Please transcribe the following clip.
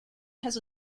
has